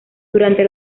durante